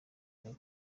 muri